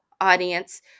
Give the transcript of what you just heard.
audience